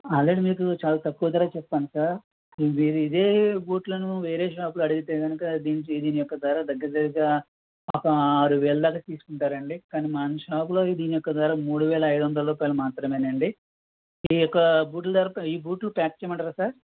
already మీకు చాలా తక్కువ ధరే చెప్పాను సార్ మీరు ఇదే బూట్లను వేరే షాప్లో అడిగితే కనుక దీనికి దీని యొక్క ధర దగ్గర దగ్గర అక్కడ ఆరు వేల దాకా తీసుకుంటారు అండి కానీ మన షాప్లో దీని యొక్క ధర మూడు వేల అయిదు వందలు మాత్రమే అండి ఈ యొక్క బూట్ల ధర ఈ బూట్లు ప్యాక్ చేయమంటారా సార్